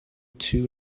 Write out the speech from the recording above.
two